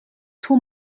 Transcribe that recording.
two